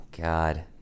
God